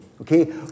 Okay